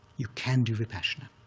you can do vipassana.